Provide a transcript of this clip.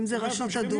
כן, אם זו רשות אדומה.